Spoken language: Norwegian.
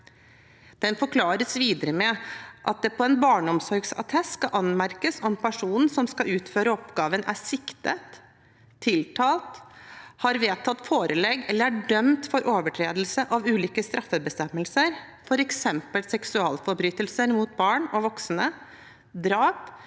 forklares det at det på en barneomsorgsattest skal anmerkes om personen som skal utføre oppgaven, er «siktet, tiltalt, har vedtatt forelegg eller er dømt for overtredelse av flere straffebestemmelser som for eksempel seksualforbrytelser mot barn og voksne, drap,